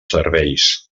serveis